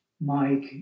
Mike